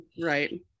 right